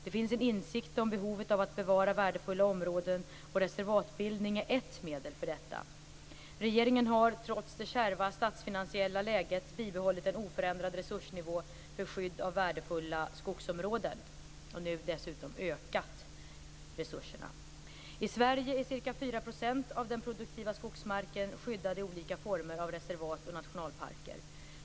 Det finns en insikt om behovet av att bevara värdefulla områden, och reservatbildning är ett medel för detta. Regeringen har trots det kärva statsfinansiella läget bibehållit en oförändrad resursnivå för skydd av värdefulla skogsområden. Nu har dessutom resurserna ökats. I Sverige är ca 4 % av den produktiva skogsmarken skyddad i olika former av reservat och nationalparker.